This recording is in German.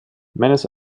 meines